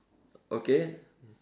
okay